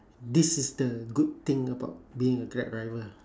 this is the good thing about being a grab driver